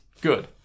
Good